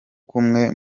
kumwe